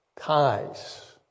ties